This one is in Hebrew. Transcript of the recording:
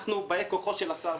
אנחנו באי כוחו של השר.